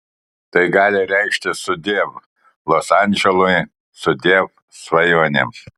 tai gali reikšti sudiev los andželui sudiev svajonėms